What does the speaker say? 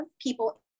people